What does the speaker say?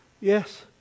Yes